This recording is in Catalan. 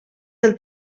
del